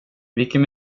vilken